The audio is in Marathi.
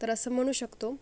तर असं म्हणू शकतो